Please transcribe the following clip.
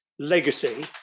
Legacy